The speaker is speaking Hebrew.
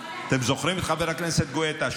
אתם זוכרים את חבר הכנסת גואטה,